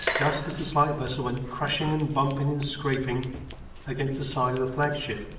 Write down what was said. just as the slight vessel went crashing and bumping and scraping against the side of the flagship,